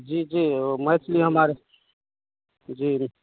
जी जी वो मैथिली हमारे जी